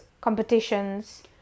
competitions